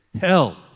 Hell